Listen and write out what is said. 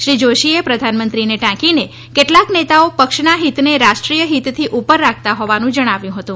શ્રી જોશીએ પ્રધાનમંત્રીને ટાંકીને કેટલાંક નેતાઓ પક્ષના હિતને રાષ્ટ્રી ાય ફીતથી ઉપર રાખતા હોવાનું જણાવ્યું હતું